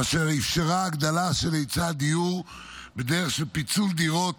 אשר אפשרה הגדלה של היצע הדיור בדרך של פיצול דירות